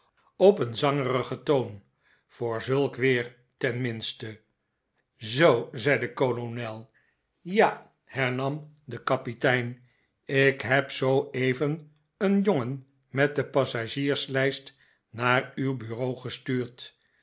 op een zangerigen toon voor zulk weer tenminste zoo zei de kolonel ja hernam de kapitein ik heb zooeven een jongen met de passagierslijst naar uw bureau gestuurd